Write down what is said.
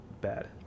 bad